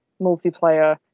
multiplayer